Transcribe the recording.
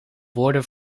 woorden